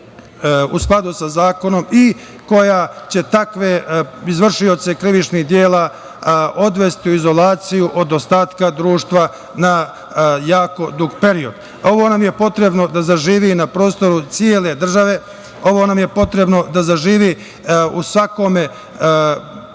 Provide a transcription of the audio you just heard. u skladu sa zakonom i koja će takve izvršioce krivičnih dela odvesti u izolaciju od ostatka društva na jako dug period. Ovo nam je potrebno da zaživi na prostoru cele države. Ovo nam je potrebno da zaživi u svakome organu